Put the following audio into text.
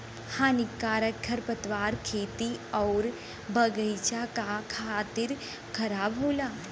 हानिकारक खरपतवार खेती आउर बगईचा क खातिर खराब होला